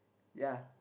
ya